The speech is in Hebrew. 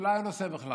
זה לא היה הנושא בכלל.